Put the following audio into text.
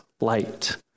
light